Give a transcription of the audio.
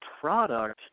product